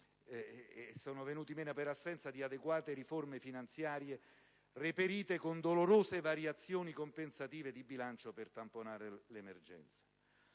è avvenuto per assenza di adeguate risorse finanziarie per il 2011, reperite con dolorose variazioni compensative di bilancio per tamponare l'emergenza.